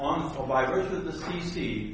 on the